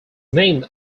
named